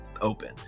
open